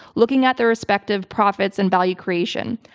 looking at their respective profits and value creation.